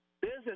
business